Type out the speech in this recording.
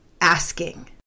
asking